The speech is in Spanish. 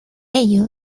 ello